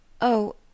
Oh